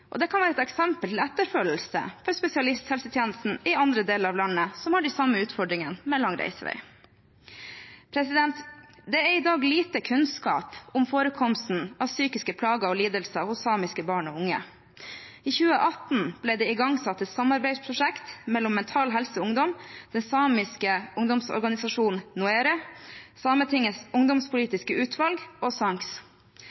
og dette kan være et eksempel til etterfølgelse for spesialisthelsetjenesten i andre deler av landet som har de samme utfordringene med lang reisevei. Det er i dag lite kunnskap om forekomsten av psykiske plager og lidelser hos samiske barn og unge. I 2018 ble det igangsatt et samarbeidsprosjekt mellom Mental Helse Ungdom, den samiske ungdomsorganisasjonen